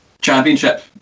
championship